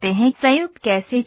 संयुक्त कैसे चले गए